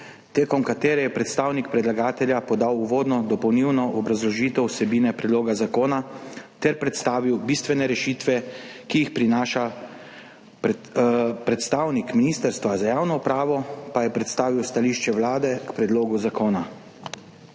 med katero je predstavnik predlagatelja podal uvodno dopolnilno obrazložitev vsebine predloga zakona ter predstavil bistvene rešitve, ki jih prinaša, predstavnik Ministrstva za javno upravo pa je predstavil stališče Vlade k predlogu zakona.